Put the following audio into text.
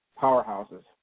powerhouses